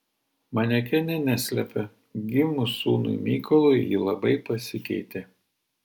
manekenė neslepia gimus sūnui mykolui ji labai pasikeitė